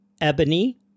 ebony